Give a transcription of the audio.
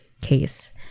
case